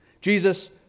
Jesus